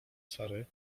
sary